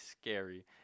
scary